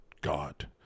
God